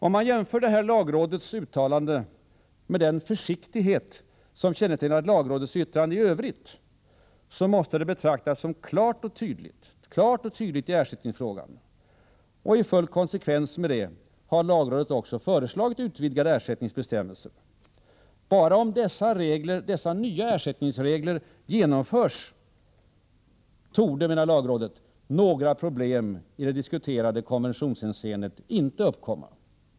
Om man jämför detta lagrådets uttalande med den försiktighet som kännetecknat lagrådets yttrande i övrigt, måste det betraktas som klart och tydligt i ersättningsfrågan. I full konsekvens med det har lagrådet föreslagit utvidgade ersättningsbestämmelser. Bara om dessa nya ersättningsregler genomförs torde, menar lagrådet, ”några problem i det nu diskuterade konventionshänseendet inte uppkomma”.